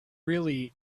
really